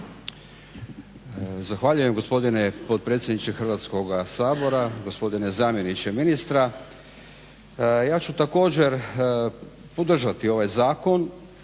Zahvaljujem gospodine potpredsjedniče Hrvatskoga sabora. Gospodine zamjeniče ministra. Ja ću također podržati ovaj zakon,